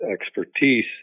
expertise